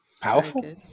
Powerful